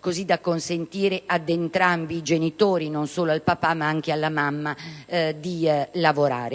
così da consentire a entrambi i genitori, non solo al papà ma anche alla mamma, di lavorare,